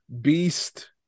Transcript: beast